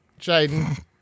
Jaden